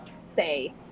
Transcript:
say